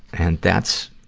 and that's,